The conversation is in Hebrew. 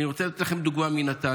אני רוצה לתת לכם דוגמה מנתניה.